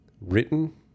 written